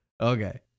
Okay